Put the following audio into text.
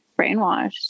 brainwashed